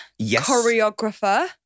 choreographer